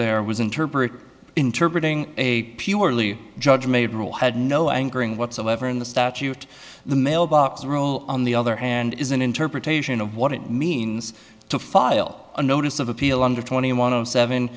there was interpret inter breeding a purely judge made rule had no anchoring whatsoever in the statute the mailbox rule on the other hand is an interpretation of what it means to file a notice of appeal under twenty one o seven